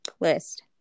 list